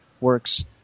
works